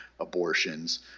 Abortions